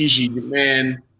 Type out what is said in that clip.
man